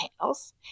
panels